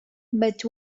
but